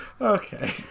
Okay